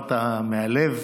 ודיברת מהלב.